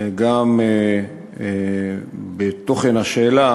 גם בתוכן השאלה